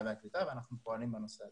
והקליטה ואנחנו פועלים בנושא הזה.